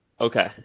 Okay